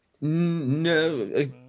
no